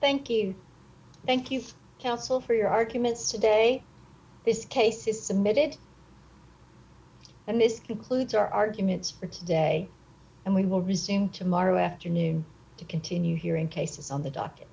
thank you thank you council for your arguments today this case is submitted and this concludes our arguments for today and we will resume tomorrow afternoon to continue hearing cases on the dock